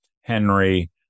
Henry